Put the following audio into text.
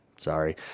Sorry